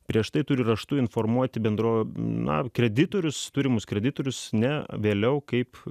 prieš tai turi raštu informuoti bendrovę na kreditorius turimus kreditorius ne vėliau kaip